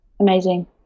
Amazing